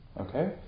Okay